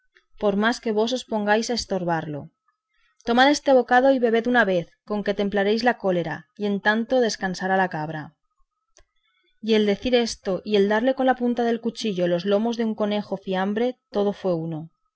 por más que vos os pongáis a estorbarlo tomad este bocado y bebed una vez con que templaréis la cólera y en tanto descansará la cabra y el decir esto y el darle con la punta del cuchillo los lomos de un conejo fiambre todo fue uno